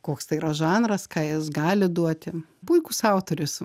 koks tai yra žanras ką jis gali duoti puikus autorius